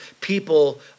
people